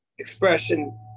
Expression